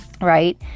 Right